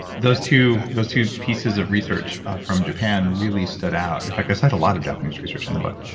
those two those two pieces of research from japan really stood out. in fact, i cite a lot of japanese research in the book.